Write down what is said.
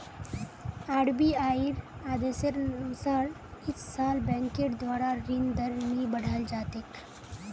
आरबीआईर आदेशानुसार इस साल बैंकेर द्वारा ऋण दर नी बढ़ाल जा तेक